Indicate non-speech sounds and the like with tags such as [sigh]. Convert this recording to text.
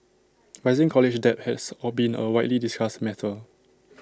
rising college debt has [hesitation] been A widely discussed matter